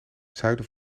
zuiden